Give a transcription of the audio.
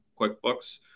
QuickBooks